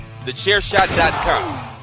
TheChairShot.com